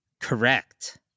Correct